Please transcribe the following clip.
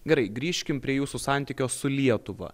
gerai grįžkim prie jūsų santykio su lietuva